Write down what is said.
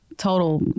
Total